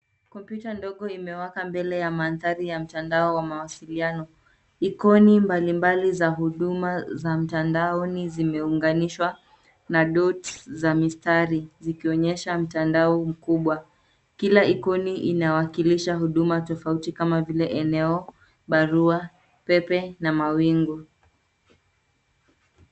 Kompyuta ndogo imewaka mbele ya mandhari ya mtandao wa mawasiliano. Ikoni mbalimbali za huduma za mtandaoni zimeunganishwa na dots za mistari zikionyesha mtandao mkubwa. Kila ikoni inawakilisha huduma tofauti kama vile eneo, barua pepe na mawingu.